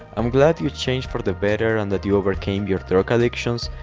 i'm glad you changed for the better and that you overcame your drug adictions,